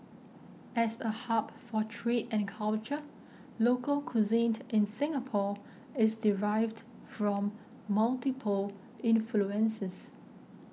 as a hub for trade and culture local cuisine in Singapore is derived from multiple influences